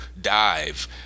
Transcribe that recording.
dive